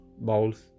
bowls